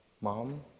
mom